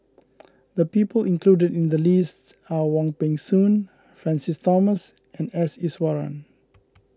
the people included in the list are Wong Peng Soon Francis Thomas and S Iswaran